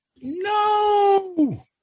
No